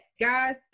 guys